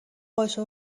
باشه